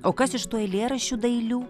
o kas iš tų eilėraščių dailių